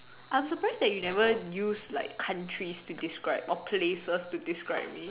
I'm surprised that you never used like countries to describe or places to describe me